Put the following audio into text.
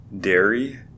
dairy